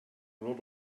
lot